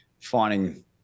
finding